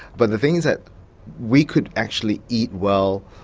but the things that we could actually eat well,